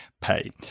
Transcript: Pay